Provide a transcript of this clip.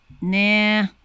Nah